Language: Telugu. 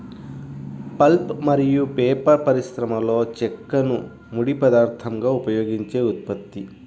పల్ప్ మరియు పేపర్ పరిశ్రమలోచెక్కను ముడి పదార్థంగా ఉపయోగించే ఉత్పత్తి